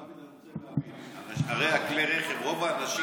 דוד, אני רוצה להבין, כלי הרכב, הרי הרוב המוחלט